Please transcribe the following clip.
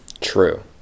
True